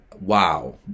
wow